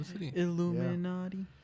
Illuminati